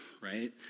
right